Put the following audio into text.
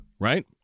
Right